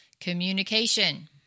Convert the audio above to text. communication